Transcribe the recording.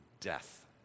death